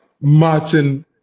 Martin